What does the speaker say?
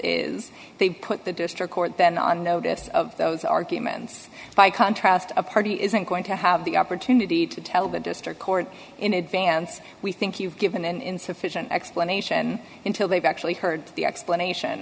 is they put the district court then on notice of those arguments by contrast a party isn't going to have the opportunity to tell the district court in advance we think you've given an insufficient explanation until they've actually heard the explanation